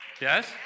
Yes